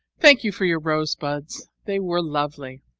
thank you for your rosebuds. they were lovely.